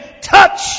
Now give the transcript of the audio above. touch